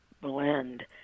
blend